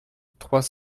trois